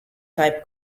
type